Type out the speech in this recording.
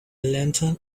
lantern